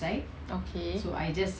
okay